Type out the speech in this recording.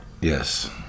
Yes